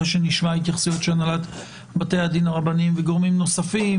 אחרי שנשמע התייחסויות של הנהלת בתי הדין הרבניים וגורמים נוספים,